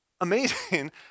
amazing